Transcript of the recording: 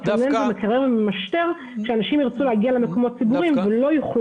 מקרר וממשטר שבו אנשים ירצו להגיע למקומות ציבוריים אבל לא יוכלו